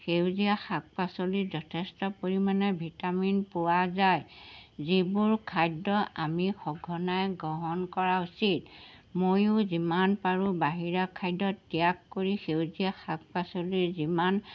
সেউজীয়া শাক পাচলিত যথেষ্ট পৰিমাণে ভিটামিন পোৱা যায় যিবোৰ খাদ্য আমি সঘনাই গ্ৰহণ কৰা উচিত ময়ো যিমান পাৰোঁ বাহিৰা খাদ্য ত্যাগ কৰি সেউজীয়া শাক পাচলিৰ যিমান